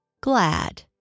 glad